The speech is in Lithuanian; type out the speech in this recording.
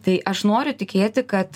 tai aš noriu tikėti kad